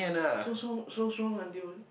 so so so strong until